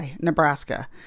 Nebraska